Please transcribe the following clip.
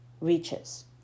reaches